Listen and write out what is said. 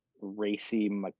racy